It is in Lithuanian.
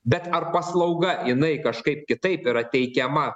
bet ar paslauga jinai kažkaip kitaip yra teikiama